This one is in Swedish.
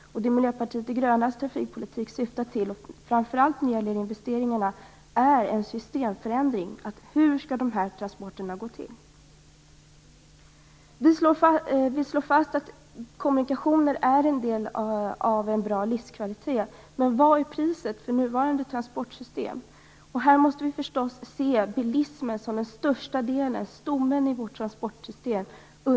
Miljöpartiets de grönas trafikpolitik syftar, framför allt när det gäller investeringarna, till en systemförändring. Vi frågar oss hur de här transporterna skall gå till. Vi slår fast att kommunikationer är en del av en bra livskvalitet. Men vilket är priset för nuvarande transportsystem? Här måste vi förstås se bilismen som den största delen och som stommen i vårt transportsystem.